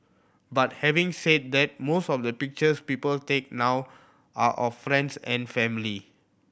but having said that most of the pictures people take now are of friends and family